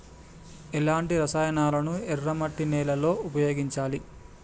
ఎలాంటి రసాయనాలను ఎర్ర మట్టి నేల లో ఉపయోగించాలి?